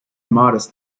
modest